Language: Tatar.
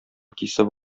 кисеп